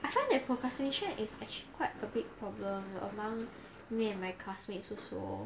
I find that procrastination is actually quite a big problem among me and my classmates also